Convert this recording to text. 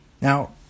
Now